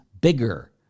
bigger